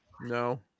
No